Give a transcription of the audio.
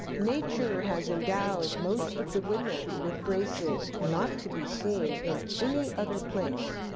nature has endowed most of the women with graces not to be seen in any other place.